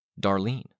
Darlene